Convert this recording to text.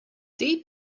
they